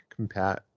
compat